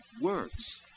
words